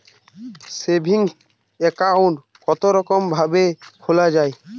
Saving account কতরকম ভাবে খোলা য়ায়?